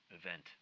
event